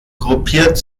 gruppiert